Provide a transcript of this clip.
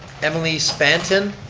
emily spanton.